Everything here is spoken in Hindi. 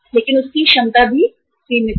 लेकिन उसकी क्षमता भी सीमित है